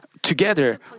together